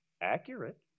accurate